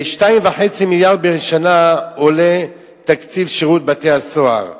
ו-2.5 מיליארד הם תקציב שירות בתי-הסוהר בשנה.